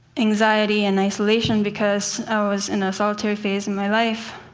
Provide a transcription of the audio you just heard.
anxiety and isolation because i was in a solitary phase in my life,